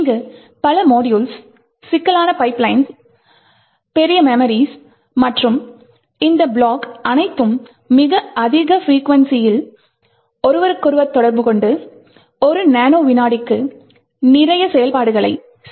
இங்கு பல மாடியுள்ஸ் சிக்கலான பைப்லைன்கள் பெரிய மெம்மரிஸ் மற்றும் இந்த ப்ளாக்ஸ் அனைத்தும் மிக அதிக ப்ரீகுயன்ஸியில் ஒருவருக்கொருவர் தொடர்புகொண்டு ஒரு நானோ வினாடிக்கு நிறைய செயல்பாடுகளைச் செய்கின்றன